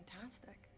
Fantastic